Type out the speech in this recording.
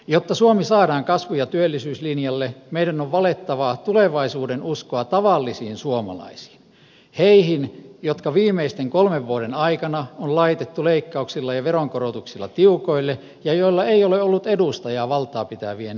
jotta suomi saadaan kasvu ja työllisyyslinjalle meidän on valettava tulevaisuudenuskoa tavallisiin suomalaisiin heihin jotka viimeisten kolmen vuoden aikana on laitettu leikkauksilla ja veronkorotuksilla tiukoille ja joilla ei ole ollut edustajaa valtaapitävien pöydissä